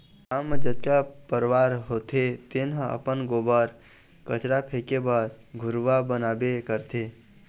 गाँव म जतका परवार होथे तेन ह अपन गोबर, कचरा फेके बर घुरूवा बनाबे करथे